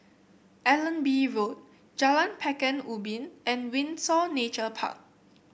Allenby Road Jalan Pekan Ubin and Windsor Nature Park